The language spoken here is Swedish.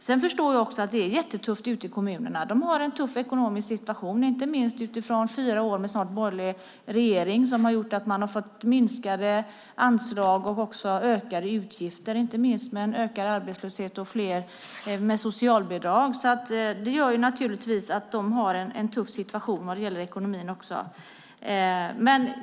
Sedan förstår jag att det är jättetufft ute i kommunerna. De har en tuff ekonomisk situation, inte minst efter snart fyra år med en borgerlig regering som har gjort att de har fått minskade anslag och också ökade utgifter. Inte minst har det blivit en ökad arbetslöshet och fler med socialbidrag. Det gör naturligtvis att de har en tuff situation vad det gäller ekonomin.